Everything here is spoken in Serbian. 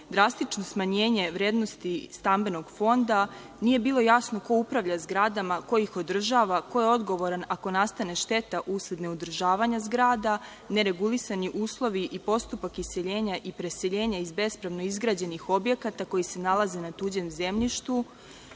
drastično smanjenje vrednosti stambenog fonda, nije bilo jasno ko upravlja zgradama, ko ih održava, ko je odgovoran ako nastane šteta usled neodržavanja zgrada, neregulisani uslovi i postupak iseljenja i preseljenja iz bespravno izgrađenih objekata koji se nalaze na tuđem